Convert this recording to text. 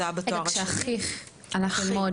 זה היה בתואר השני --- כשאחיך הלך ללמוד,